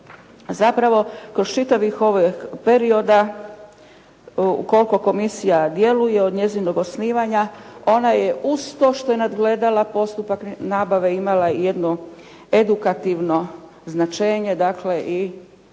zapravo kroz čitavi period, ukoliko komisija djeluje od njezinog osnivanja ona je uz to što je nadgledala postupak nabave imala i jedno edukativno značenje, dakle, i